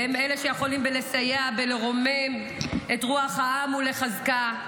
והם אלה שיכולים לסייע בלרומם את רוח העם ולחזקה,